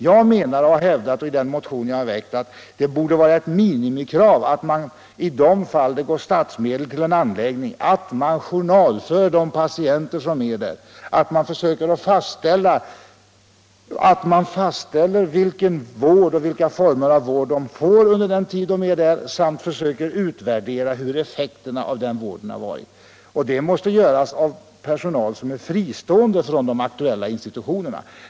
Jag menar — och det har jag hävdat i en motion jag väckt — att det borde vara ett minimikrav i de fall statsmedel utgår till en anläggning att man för journal över de patienter som är där, att man fastställer vilka former av vård de får under vistelsen samt att man försöker utvärdera effekterna av vården. Det måste göras av personal som är fristående från de aktuella institutionerna.